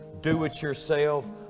do-it-yourself